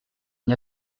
une